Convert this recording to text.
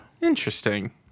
Interesting